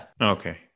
Okay